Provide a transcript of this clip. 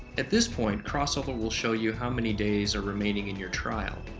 at this point, crossover will show you how many days are remaining in your trial.